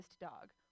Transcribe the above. dog